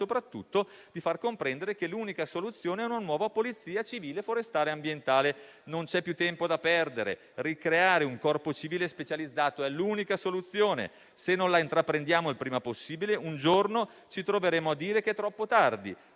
soprattutto che l'unica soluzione è una nuova polizia civile forestale e ambientale. Non c'è più tempo da perdere: ricreare un corpo civile specializzato è l'unica soluzione; se non la intraprendiamo il prima possibile, un giorno ci troveremo a dire che è troppo tardi,